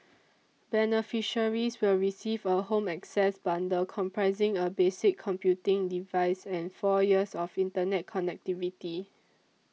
beneficiaries will receive a Home Access bundle comprising a basic computing device and four years of internet connectivity